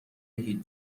هیچ